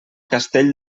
castell